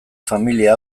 familia